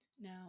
Now